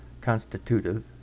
constitutive